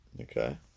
okay